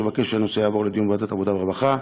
אבקש שהנושא יועבר לדיון בוועדת העבודה והרווחה,